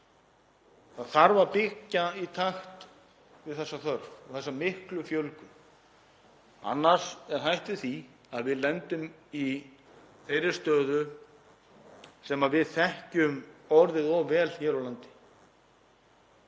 og byggja í takt við þessa þörf og þessa miklu fjölgun. Annars er hætt við því að við lendum í þeirri stöðu sem við þekkjum orðið of vel hér á landi,